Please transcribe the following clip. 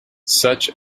such